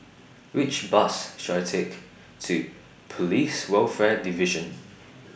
Which Bus should I Take to Police Welfare Division